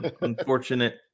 unfortunate